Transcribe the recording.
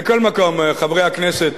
מכל מקום, חברי הכנסת,